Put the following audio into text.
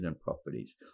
properties